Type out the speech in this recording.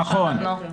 נכון.